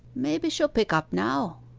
maybe she'll pick up now